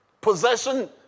possession